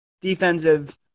defensive